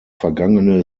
vergangene